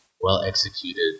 well-executed